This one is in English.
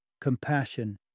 Compassion